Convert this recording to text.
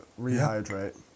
rehydrate